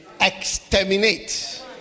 exterminate